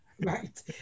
Right